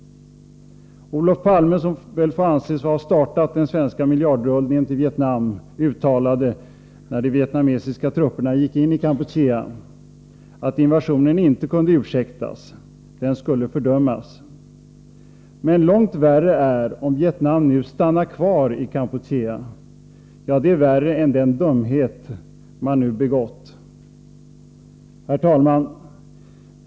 Olof Palme, som väl får anses ha startat den svenska miljardrullningen beträffande Vietnam, uttalade, när de vietnamesiska trupperna gick in i Kampuchea, att invasionen inte kunde ursäktas. Den skulle fördömas. Han sade: ”Men långt värre är om Vietnam nu stannar kvar i Kampuchea, ja, det är värre än den dumhet man nu begått.” Herr talman!